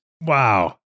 Wow